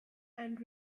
and